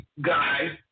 guys